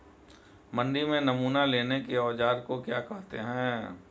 मंडी में नमूना लेने के औज़ार को क्या कहते हैं?